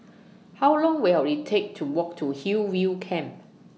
How Long Will IT Take to Walk to Hillview Camp